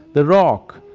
the rock,